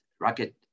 rocket